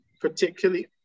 particularly